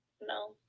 No